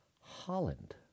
Holland